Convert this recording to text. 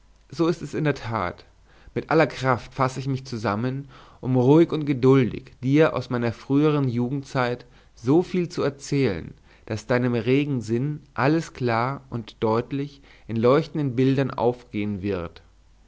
so ist es in der tat mit aller kraft fasse ich mich zusammen um ruhig und geduldig dir aus meiner frühern jugendzeit so viel zu erzählen daß deinem regen sinn alles klar und deutlich in leuchtenden bildern aufgehen wird